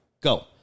go